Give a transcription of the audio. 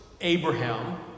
Abraham